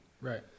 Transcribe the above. right